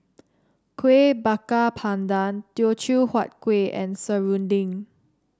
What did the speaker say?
Kuih Bakar Pandan Teochew Huat Kueh and serunding